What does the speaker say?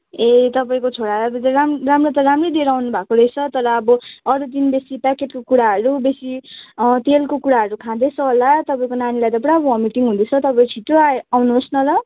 ए तपाईँको छोरालाई अब राम्रो त राम्रै दिएर आउनु भएको रहेछ तर अब अरू दिनदेखि प्याकेटको कुराहरू बेसी तेलको कुराहरू खाँदैछ होला तपाईँको नानीलाई त पुरा भमिटिङ हुँदैछ तपाईँ छिट्टो आए आउनोस् न ल